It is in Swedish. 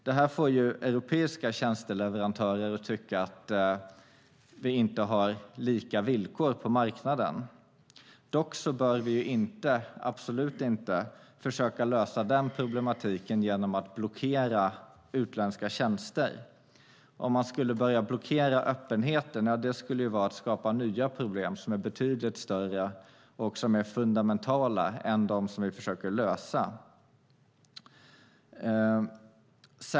Detta innebär att europeiska tjänsteleverantörer tycker att det inte råder lika villkor på marknaden. Dock bör vi absolut inte försöka lösa de problemen genom att blockera utländska tjänster. Om öppenheten blockeras skapas betydligt större och mer fundamentala problem än de vi försöker lösa.